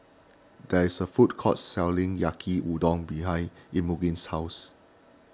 there is a food court selling Yaki Udon behind Imogene's house